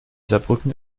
saarbrücken